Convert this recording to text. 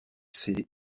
ses